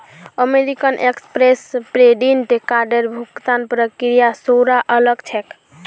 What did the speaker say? American Express prepaid कार्डेर भुगतान प्रक्रिया थोरा अलग छेक